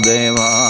Deva